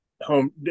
home